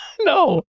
No